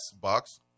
box